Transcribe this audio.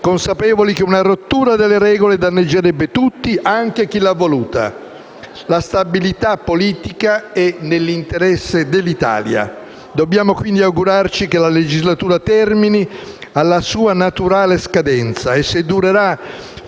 consapevoli che una rottura delle regole danneggerebbe tutti, anche chi l'ha voluta. La stabilità politica è nell'interesse dell'Italia. Dobbiamo quindi augurarci che la legislatura termini alla sua naturale scadenza, e se durerà